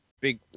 big